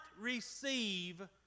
receive